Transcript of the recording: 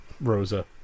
Rosa